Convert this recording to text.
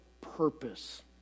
purpose